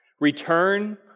return